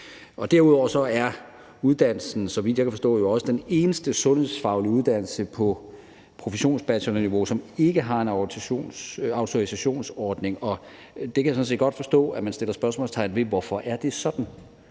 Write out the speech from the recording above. Derudover er uddannelsen, så vidt jeg kan forstå, jo også den eneste sundhedsfaglige uddannelse på professionsbachelorniveau, som ikke har en autorisationsordning. Det kan jeg sådan set godt forstå man stiller spørgsmålstegn ved hvorfor er sådan.